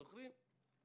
זוכרים?